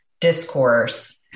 discourse